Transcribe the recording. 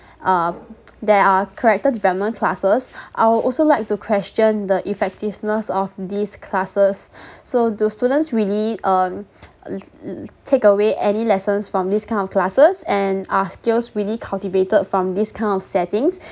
uh there are character development classes I would also like to question the effectiveness of these classes so do students really um take away any lessons from this kind of classes and are skills really cultivated from this kind of settings